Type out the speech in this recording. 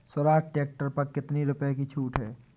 Swaraj tractor पर कितनी रुपये की छूट है?